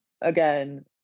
Again